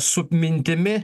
su mintimi